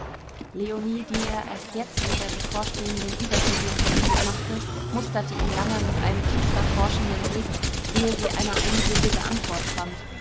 leonie die er erst jetzt mit der bevorstehenden übersiedelung bekannt machte musterte ihn lange mit einem finster forschenden blick ehe sie eine einsilbige antwort fand